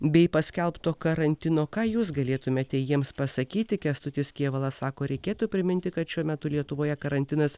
bei paskelbto karantino ką jūs galėtumėte jiems pasakyti kęstutis kėvalas sako reikėtų priminti kad šiuo metu lietuvoje karantinas